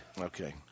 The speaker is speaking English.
Okay